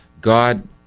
God